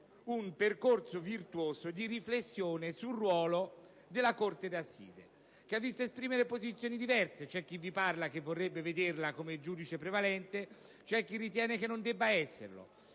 un percorso virtuoso di riflessione sul ruolo della corte d'assise che ha visto esprimere posizioni diverse: chi vi parla vorrebbe vederla come giudice prevalente, ma c'è chi ritiene che non debba esserlo.